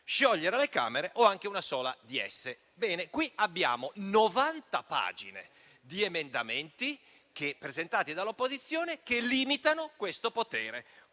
sciogliere le Camere o anche una sola di esse.». Ebbene, siamo di fronte a 90 pagine di emendamenti presentati dall'opposizione che limitano questo potere.